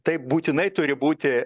tai būtinai turi būti